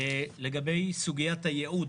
לגבי סוגיית הייעוד,